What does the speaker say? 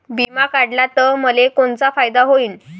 बिमा काढला त मले कोनचा फायदा होईन?